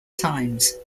times